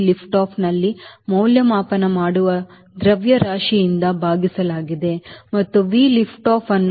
7 V lift offನಲ್ಲಿ ಮೌಲ್ಯಮಾಪನ ಮಾಡುವ ದ್ರವ್ಯರಾಶಿಯಿಂದ ಭಾಗಿಸಲಾಗುತ್ತದೆ ಮತ್ತು V lift off ಅನ್ನು ನಾವು 1